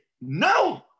No